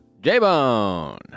J-Bone